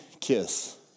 kiss